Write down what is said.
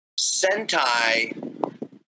Sentai